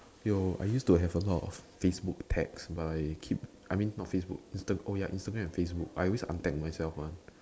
yo I used to have a lot of Facebook tags but I keep I mean not Facebook Insta oh ya Instagram and Facebook I always untag myself mah